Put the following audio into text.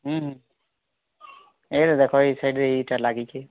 ଉଁ ହୁଁ ଏ ଦେଖ ଏଇ ସାଇଡ଼୍ରେ ଏଇଟା ଲାଗିଛି